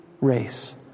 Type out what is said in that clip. race